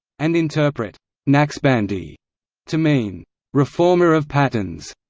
and interpret naqshbandi to mean reformer of patterns,